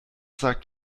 sagt